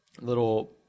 little